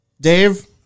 Dave